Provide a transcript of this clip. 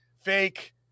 fake